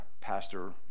pastor